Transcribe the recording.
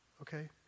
okay